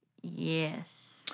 Yes